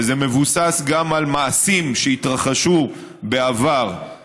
וזה מבוסס גם על מעשים שהתרחשו בעבר,